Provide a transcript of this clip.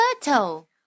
turtle